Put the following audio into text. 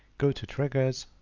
go to triggers,